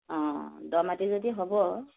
অ দ' মাটি যদি হ'ব